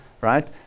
right